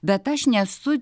bet aš nesu